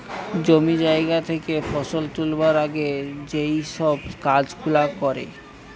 জমি জায়গা থেকে ফসল তুলবার আগে যেই সব কাজ গুলা করে